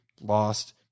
lost